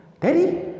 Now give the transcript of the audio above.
daddy